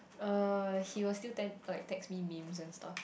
uh he will still tend like text me memes and stuff